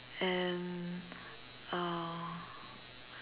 and uh